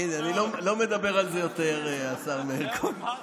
הינה, אני לא מדבר על זה יותר, מאיר כהן.